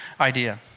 idea